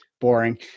boring